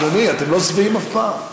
אדוני, אתם לא שבעים אף פעם.